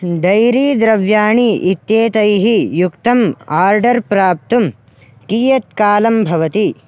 dairy द्रव्याणि इत्येतैः युक्तम् आर्डर् प्राप्तुं कियत् कालं भवति